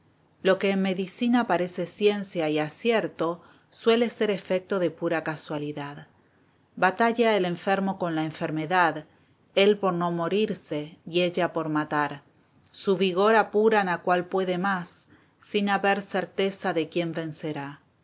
con otros del día fábula lxix el médico el enfermo y la enfermedad lo que en medicina parece ciencia y acierto suele ser efecto de pura casualidad batalla el enfermo con la enfermedad él por no morirse y ella por matar su vigor apuran a cual puede más sin haber certeza de quién vencerá